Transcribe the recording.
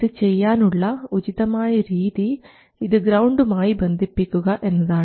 ഇത് ചെയ്യാൻ ഉള്ള ഉചിതമായ രീതി ഇത് ഗ്രൌണ്ടും ആയി ബന്ധിപ്പിക്കുക എന്നതാണ്